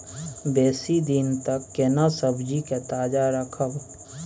बेसी दिन तक केना सब्जी के ताजा रखब?